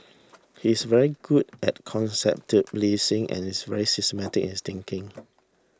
he's very good at conceptualising and is very systematic in his thinking